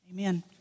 Amen